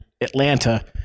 Atlanta